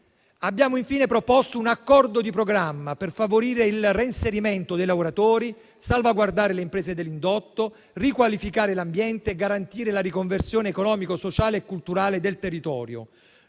Abbiamo infine proposto un accordo di programma per favorire il reinserimento dei lavoratori, salvaguardare le imprese dell'indotto, riqualificare l'ambiente, garantire la riconversione economica, sociale e culturale del territorio.